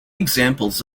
examples